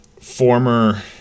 former